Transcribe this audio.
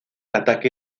ataque